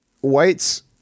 white's